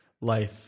life